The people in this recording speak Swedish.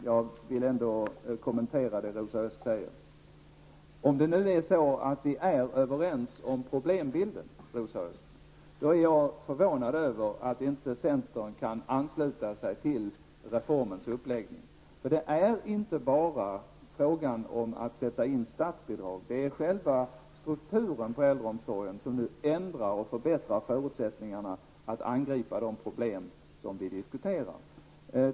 Herr talman! Jag är medveten om den sena timmen, men jag vill ändå kommentera det som Om vi är överens om problembilden, Rosa Östh, är jag förvånad över att centern inte kan ansluta sig till reformens uppläggning. Det är nämligen inte bara en fråga om statsbidrag, utan det är själva strukturen på äldreomsorgen som nu innebär en ändring och en förbättring av förutsättningarna att angripa de problem som vi diskuterar.